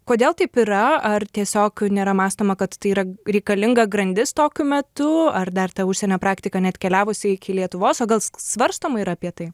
kodėl taip yra ar tiesiog nėra mąstoma kad tai yra reikalinga grandis tokiu metu ar dar ta užsienio praktika neatkeliavusi iki lietuvos o gal svarstoma yra apie tai